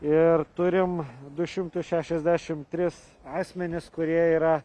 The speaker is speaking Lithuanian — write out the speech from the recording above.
ir turim du šimtus šešiasdešimt tris asmenis kurie yra